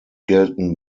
gelten